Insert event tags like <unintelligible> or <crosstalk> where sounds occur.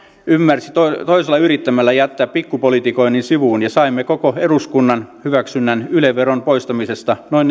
ymmärsi toisella yrittämällä jättää pikkupolitikoinnin sivuun ja saimme koko eduskunnan hyväksynnän yle veron poistamisesta noin <unintelligible>